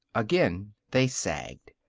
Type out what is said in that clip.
again they sagged.